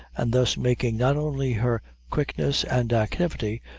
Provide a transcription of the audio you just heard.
and thus making not only her quickness and activity,